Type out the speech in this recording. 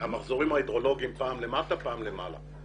אנחנו יודעים שהמחזורים ההידרולוגיים פעם למטה ופעם למעלה.